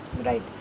Right